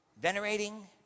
venerating